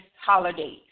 holidays